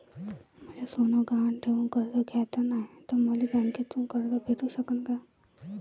मले सोनं गहान ठेवून कर्ज घ्याचं नाय, त मले बँकेमधून कर्ज भेटू शकन का?